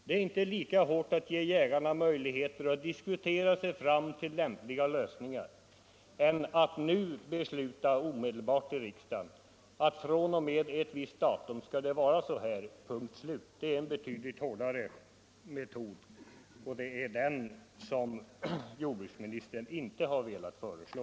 Det är inte lika hårt att ge jägarna möjligheter att diskutera sig fram till lämpliga lösningar som att nu omedelbart besluta i riksdagen att fr.o.m. ett visst datum skall det vara så här — punkt och slut. Det är denna metod som jordbruksministern inte velat föreslå.